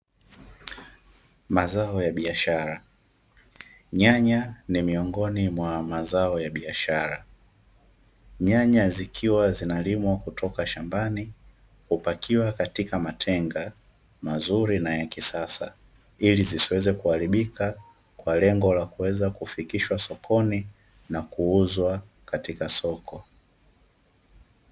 Mazao ya biashara, nyanya ni miongoni mwa mazao ya biashara. Nyanya zikiwa zinalimwa kutoka shambani hupakiwa katika matenga mazuri na ya kisasa, ili zisiweze kuharibika kwa lengo la kuweza kufikishwa sokoni na kuuzwa katika soko.